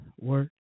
work